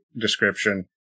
description